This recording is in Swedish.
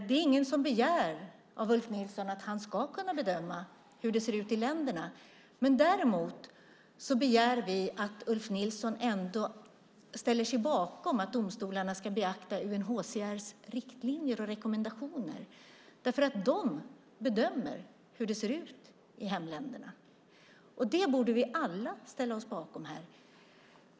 Det är ingen som begär av Ulf Nilsson att han ska kunna bedöma hur det ser ut i länderna. Däremot begär vi att Ulf Nilsson ställer sig bakom att domstolarna ska beakta UNHCR:s riktlinjer och rekommendationer. De bedömer hur det ser ut i hemländerna. Det borde vi alla ställa oss bakom.